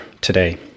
today